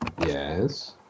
Yes